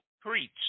preach